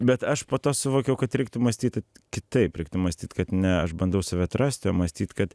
bet aš po to suvokiau kad reiktų mąstyti kitaip reiktų mąstyt kad ne aš bandau save atrasti o mąstyt kad